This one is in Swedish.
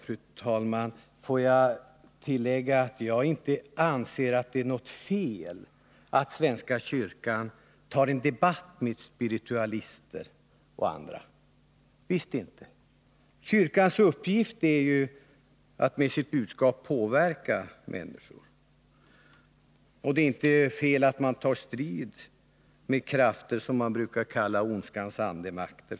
Fru talman! Får jag tillägga att jag inte anser att det är fel att svenska Fredagen den kyrkan tar en debatt med spiritualister och andra — visst inte. Kyrkans uppgift —& februari 1981 är ju att med sitt budskap påverka människor. Och det är inte fel att kyrkan för att vinna framgång tar strid med krafter som man brukar kalla ondskans andemakter.